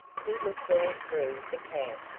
he looked all through the camp,